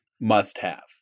must-have